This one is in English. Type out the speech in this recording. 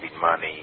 money